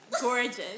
gorgeous